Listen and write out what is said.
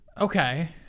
Okay